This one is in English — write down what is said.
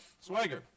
Swagger